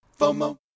FOMO